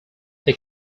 they